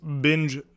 binge